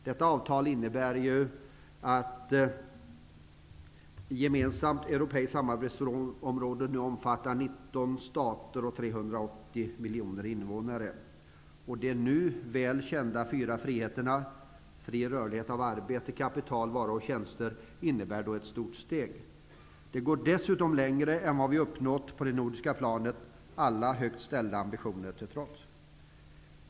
Detta avtal innebär ett gemensamt europeiskt samarbetsområde som omfattar 19 stater och 380 miljoner invånare. De nu väl kända fyra friheterna -- fri rörlighet för arbete, kapital, varor och tjänster -- innebär ett stort steg. Det går dessutom längre än vad vi uppnått på det nordiska planet, alla högt ställda ambitioner till trots.